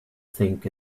think